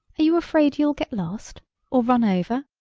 are you afraid you'll get lost or run over?